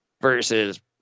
versus